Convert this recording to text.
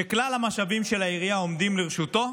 שכלל המשאבים של העירייה עומדים לרשותו,